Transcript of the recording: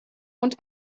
und